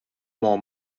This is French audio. mon